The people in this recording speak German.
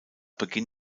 beginn